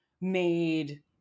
made